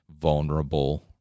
vulnerable